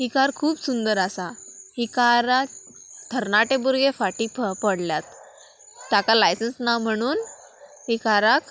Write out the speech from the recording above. ही car खूब सुंदर आसा ही काराक थरनाटे भुरगे फाटीं पडल्यात ताका लायसंस ना म्हणून ही काराक